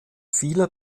vieler